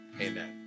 amen